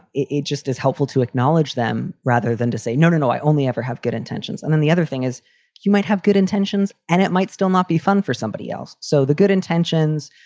it it just is helpful to acknowledge them rather than to say, no, no, no, i only ever have good intentions. and then the other thing is you might have good intentions and it might still not be fun for somebody else. so the good intentions,